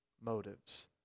motives